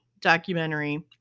documentary